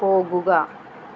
പോകുക